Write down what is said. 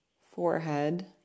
Forehead